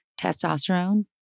testosterone